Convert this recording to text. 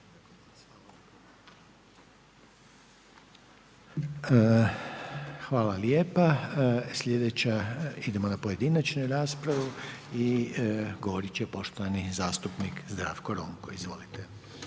Hvala lijepa. Slijedeća, idemo na pojedinačne rasprave i govorit će poštovani zastupnik Zdravko Ronko, izvolite.